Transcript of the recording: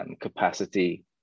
capacity